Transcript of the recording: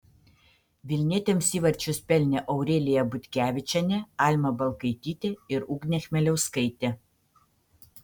vilnietėms įvarčius pelnė aurelija butkevičienė alma balkaitytė ir ugnė chmeliauskaitė